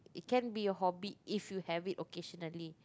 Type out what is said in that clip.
it can be your hobby if you have it occasionally